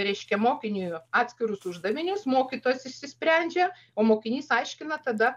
reiškia mokiniui atskirus uždavinius mokytojas išsisprendžia o mokinys aiškina tada